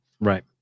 right